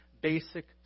basic